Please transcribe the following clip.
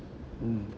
mm